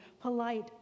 polite